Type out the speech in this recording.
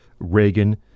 reagan